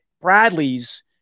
Bradley's